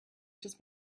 just